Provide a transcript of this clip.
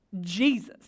Jesus